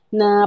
na